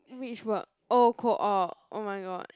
which work oh co op oh my god